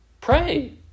Pray